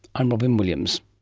i'm robyn williams